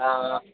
ହଁ